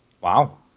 Wow